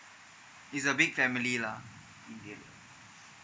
is a big family lah